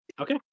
Okay